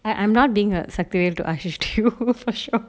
I I'm not being a secretary to ashey too for sure